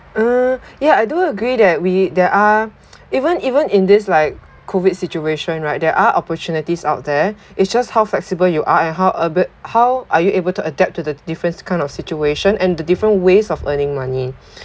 uh ya I do agree that we there are even even in this like COVID situation right there are opportunities out there it's just how flexible you are and how ab~ how are you able to adapt to the different kind of situation and the different ways of earning money